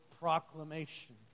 proclamation